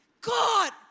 God